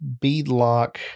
beadlock